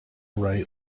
right